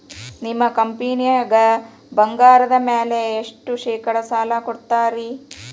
ನಿಮ್ಮ ಕಂಪನ್ಯಾಗ ಬಂಗಾರದ ಮ್ಯಾಲೆ ಎಷ್ಟ ಶೇಕಡಾ ಸಾಲ ಕೊಡ್ತಿರಿ?